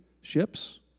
ships